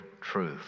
truth